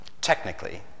technically